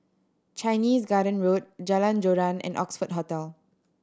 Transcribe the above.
Chinese Garden Road Jalan Joran and Oxford Hotel